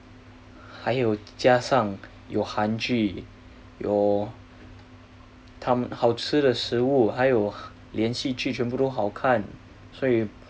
还有加上有韩剧有好吃的食物还有连戏剧全部都好看所以